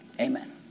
Amen